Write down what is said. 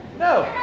No